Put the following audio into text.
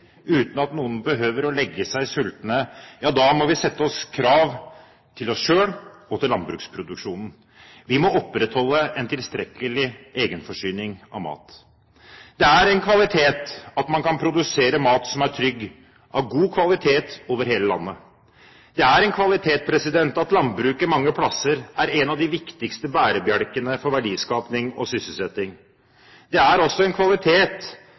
uten at noen behøver å legge seg sultne, må vi stille krav til oss selv og til landbruksproduksjonen. Vi må opprettholde en tilstrekkelig egenforsyning av mat. Det er en kvalitet at man kan produsere mat som er trygg – av god kvalitet – over hele landet. Det er en kvalitet at landbruket mange steder er en av de viktigste bærebjelkene for verdiskaping og sysselsetting. Det er også en kvalitet